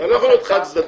זה לא יכול להיות חד צדדי.